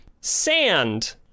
sand